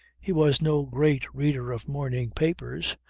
he was no great reader of morning papers,